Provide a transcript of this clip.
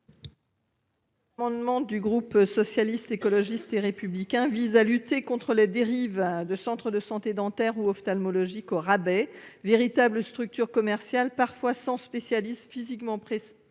L'amendement du groupe socialiste, écologiste et républicain vise à lutter contre les dérives de centres de santé dentaires ou ophtalmologiques au rabais véritable structures commerciales parfois sans spécialiste physiquement presse